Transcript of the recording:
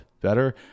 better